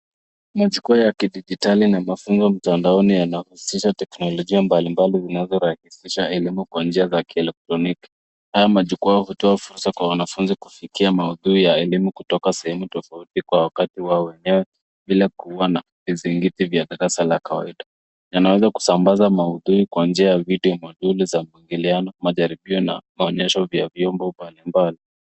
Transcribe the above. Majukwaa ya kidijitali na mafunzo mtandaoni yanahusisha teknolojia mbalimbali zinazorahisisha elimu kwa njia za kielektroniki. Haya majukwaa hutoa fursa kwa wanafunzi kufikia maudhui ya elimu, kutoka sehemu tofauti kwa wakati wao bila kuwa na vizingiti vya darasa la kawaida. Yanaweza kusambaza maudhui kwa njia ya video na shughuli za majadiliano, majaribio na maonyesho ya vyombo mbalimbali.